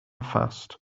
fast